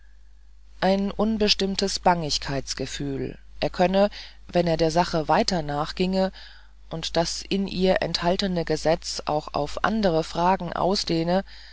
ein unbestimmtes bangigkeitsgefühl er könne wenn er der sache weiter nachginge und das in ihr enthaltene gesetz auch auf andere fragen ausdehne